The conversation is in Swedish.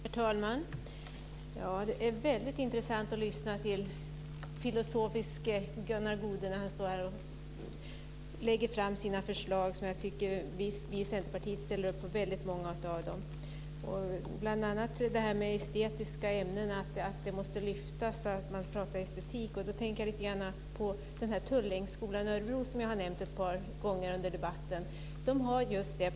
Herr talman! Det är väldigt intressant att lyssna till filosofiska Gunnar Goude när han står här och lägger fram sina förslag. Vi i Centerpartiet ställer upp på väldigt många av dem. Det handlar bl.a. om det här med att estetiska ämnen måste lyftas upp och att man ska prata estetik. Då tänker jag lite grann på Tullängsskolan i Örebro som jag har nämnt ett par gånger under debatten. Där finns just detta.